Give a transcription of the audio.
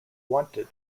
wanted